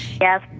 Yes